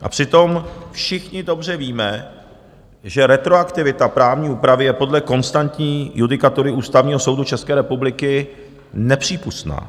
A přitom všichni dobře víme, že retroaktivita právní úpravy je podle konstantní judikatury Ústavního soudu České republiky nepřípustná.